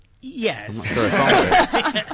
Yes